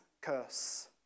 curse